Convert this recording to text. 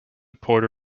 puerto